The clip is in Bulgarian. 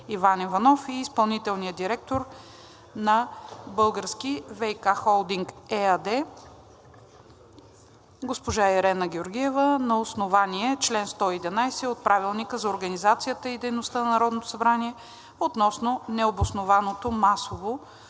Иван Иванов и изпълнителния директор на „Български ВиК холдинг“ ЕАД Ирена Георгиева на основание чл. 111 от Правилника за организацията и дейността на Народното събрание относно необоснованото масово